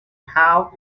have